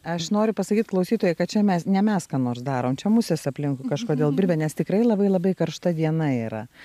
aš noriu pasakyt klausytojai kad čia mes ne mes ką nors darom čia musės aplinkui kažkodėl birbia nes tikrai labai labai karšta diena yra